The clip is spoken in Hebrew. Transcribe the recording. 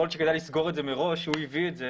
יכול להיות שכדאי לסגור את זה מראש שהוא הביא את זה